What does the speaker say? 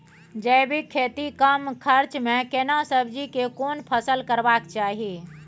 जैविक खेती कम खर्च में केना सब्जी के कोन फसल करबाक चाही?